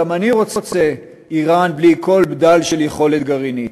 גם אני רוצה איראן בלי כל בדל של יכולת גרעינית,